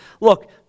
Look